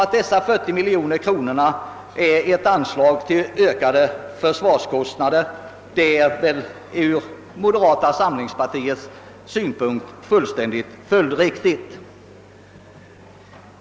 Att dessa 40 miljoner samtidigt innebär ett anslag till ökade försvarskostnader är ur moderata samlingspartiets synpunkt helt följdriktigt.